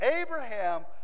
Abraham